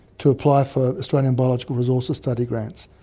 to apply for australian biological resources study grants.